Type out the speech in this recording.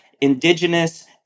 indigenous